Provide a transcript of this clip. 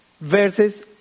verses